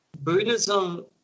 Buddhism